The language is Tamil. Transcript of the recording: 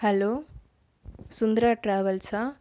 ஹலோ சுந்தரா ட்ராவல்ஸா